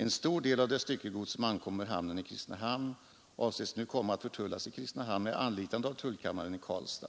En stor del av det styckegods som ankommer till hamnen i Kristinehamn avses nu komma att förtullas i Kristinehamn med anlitande av tullkammaren i Karlstad.